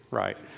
right